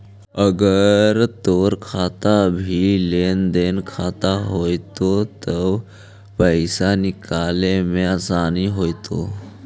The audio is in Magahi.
अगर तोर खाता भी लेन देन खाता होयतो त पाइसा निकाले में आसानी होयतो